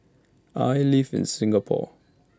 I live in Singapore